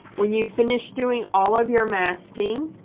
when you finish doing all of your masking